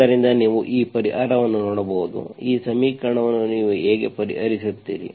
ಆದ್ದರಿಂದ ನೀವು ಈ ಪರಿಹಾರವನ್ನು ನೋಡಬಹುದು ಈ ಸಮೀಕರಣವನ್ನು ನೀವು ಹೇಗೆ ಪರಿಹರಿಸುತ್ತೀರಿ